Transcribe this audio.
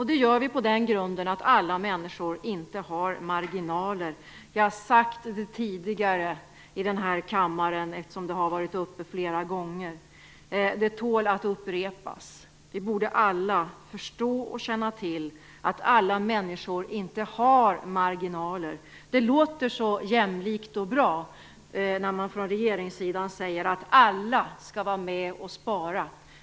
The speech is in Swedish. Det gör vi på den grunden att alla människor inte har marginaler. Vi har sagt detta tidigare i denna kammare, eftersom frågan har varit uppe flera gånger. Det tål att upprepas. Alla borde förstå och känna till att alla människor inte har marginaler. Det låter så jämlikt och bra när man från regeringssidan säger att alla skall vara med och spara.